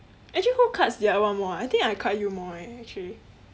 actually who cuts the other one more ah I think I cut you more eh actually